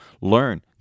learn